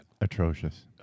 Atrocious